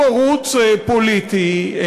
שהוא ערוץ פוליטי,